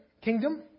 kingdom